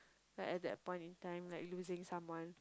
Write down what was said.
like at that point in time like losing someone